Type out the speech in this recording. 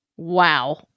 wow